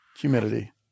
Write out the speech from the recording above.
Humidity